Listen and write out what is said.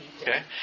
Okay